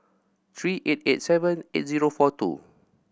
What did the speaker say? three eight eight seven eight zero four two